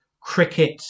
cricket